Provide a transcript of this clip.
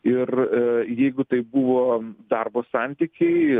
ir jeigu tai buvo darbo santykiai